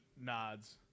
nods